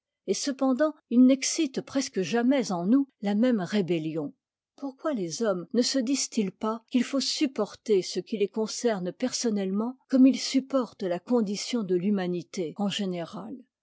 et cependant ils n'excitent presque jamais en nous la même rébellion pourquoi les hommes ne se disent-ils pas qu'il faut supporter ce qui les concerne personnellement comme ils supportent la condition de l'humanité en généra